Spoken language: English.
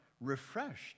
refreshed